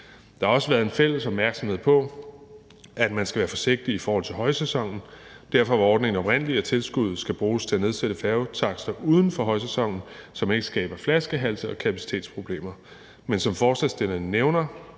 Der har også været en fælles opmærksomhed på, at man skal være forsigtig i forhold til højsæsonen. Derfor er ordningen oprindelig lavet sådan, at tilskuddet skal bruges til at nedsætte færgetakster uden for højsæsonen, så man ikke skaber flaskehalse og kapacitetsproblemer. Men som forslagsstillerne nævner,